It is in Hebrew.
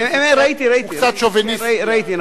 ראיתי,